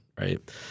right